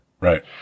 right